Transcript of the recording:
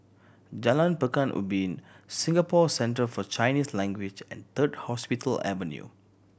Jalan Pekan Ubin Singapore Center For Chinese Language and Third Hospital Avenue